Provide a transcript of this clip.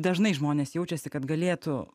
dažnai žmonės jaučiasi kad galėtų